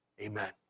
Amen